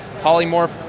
Polymorph